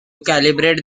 calibrate